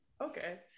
Okay